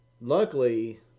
luckily